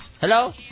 Hello